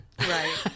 right